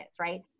right